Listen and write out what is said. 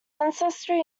ancestry